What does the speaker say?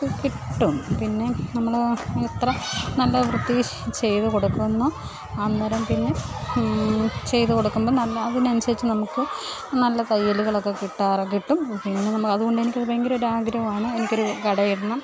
കിട്ടും പിന്നെ നമ്മൾ എത്ര നല്ല വൃത്തിയിൽ ചെയ്തു കൊടുക്കുന്നോ അന്നേരം പിന്നെ ചെയ്തു കൊടുക്കുമ്പം നല്ല അതിന് അനുസരിച്ച് നമുക്ക് നല്ല തയ്യലുകളൊക്കെ കിട്ടാറ് കിട്ടും പിന്നെ നമ്മൾ അത് അതുകൊണ്ടെ് എനിക്ക് അത് ഭയങ്കരം ഒരു ആഗ്രഹമാണ് എനിക്ക് ഒരു കട ഇടണം